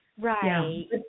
Right